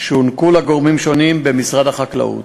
שהוענקו לגורמים שונים במשרד החקלאות.